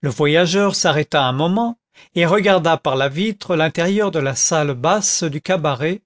le voyageur s'arrêta un moment et regarda par la vitre l'intérieur de la salle basse du cabaret